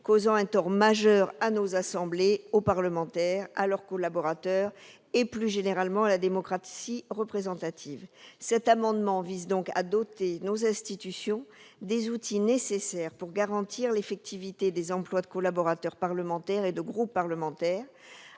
causant un tort majeur à nos assemblées, aux parlementaires, à leurs collaborateurs et, plus généralement, à la démocratie représentative. Cet amendement vise donc à doter nos institutions des outils nécessaires pour garantir l'effectivité des emplois de collaborateurs parlementaires et de groupe parlementaire.